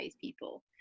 people